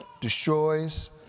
destroys